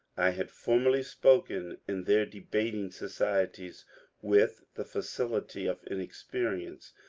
i had formerly spoken in their debating societies with the facil ity of inexperience,